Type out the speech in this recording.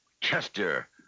Chester